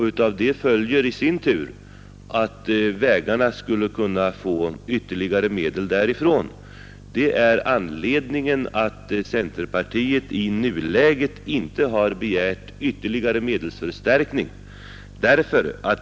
Av detta följer i sin tur att vägarna skulle kunna få ytterligare medel på det sättet. Detta är anledningen till att centerpartiet i nuläget inte har begärt ytterligare medelsförstärkning.